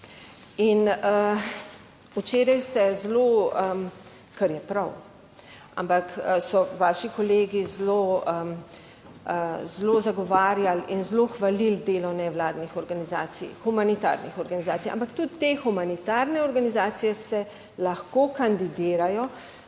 in včeraj ste zelo, kar je prav, ampak so vaši kolegi zelo zelo zagovarjali in zelo hvalili delo nevladnih organizacij, humanitarnih organizacij, ampak tudi te humanitarne organizacije se lahko kandidirajo